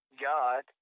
God